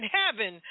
heaven